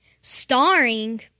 starring